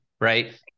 right